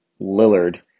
Lillard